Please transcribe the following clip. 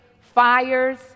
fires